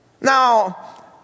Now